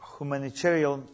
humanitarian